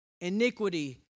iniquity